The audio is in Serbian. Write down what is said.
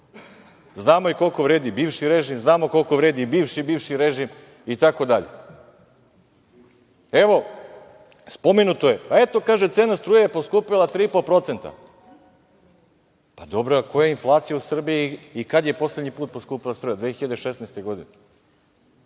Znamo i koliko vredi bivši režim, znamo koliko vredi i bivši-bivši režim itd. Evo, spomenuto je, eto, kaže, cena struje je poskupela 3,5%. Pa dobro, ali koja je inflacija u Srbiji i kada je poslednji put poskupela struja, 2016. godine?